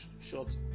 short